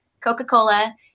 Coca-Cola